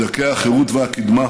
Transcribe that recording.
מדכאי החירות והקדמה,